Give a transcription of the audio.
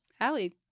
Allie